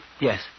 Yes